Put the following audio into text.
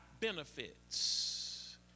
benefits